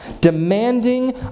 demanding